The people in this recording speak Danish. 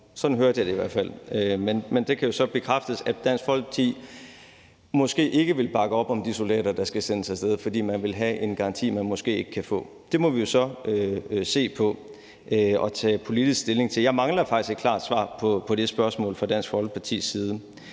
Sådan hørte jeg det i hvert fald. Men man kan jo så måske bekræfte, at Dansk Folkeparti ikke vil bakke op om de soldater, der skal sendes af sted, fordi man vil have en garanti, man måske ikke kan få. Det må vi jo så se på og tage politisk stilling til. Jeg mangler faktisk et klart svar på det spørgsmål fra Dansk Folkepartis side.